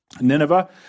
Nineveh